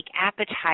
appetite